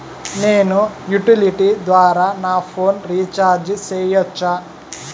నేను యుటిలిటీ ద్వారా నా ఫోను రీచార్జి సేయొచ్చా?